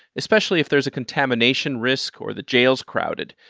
especially if there's a contamination risk or the jail's crowded.